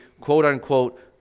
quote-unquote